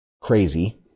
crazy